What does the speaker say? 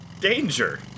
Danger